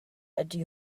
ydy